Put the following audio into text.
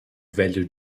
velho